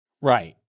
Right